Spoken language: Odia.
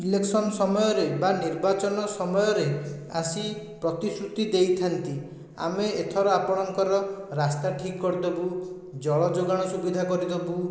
ଇଲେକ୍ସନ୍ ସମୟରେ ବା ନିର୍ବାଚନ ସମୟରେ ଆସି ପ୍ରତିଶ୍ରୁତି ଦେଇଥାଆନ୍ତି ଆମେ ଏଥର ଆପଣଙ୍କର ରାସ୍ତା ଠିକ୍ କରିଦେବୁ ଜଳଯୋଗାଣ ସୁବିଧା କରିଦେବୁ